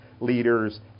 leaders